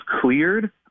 cleared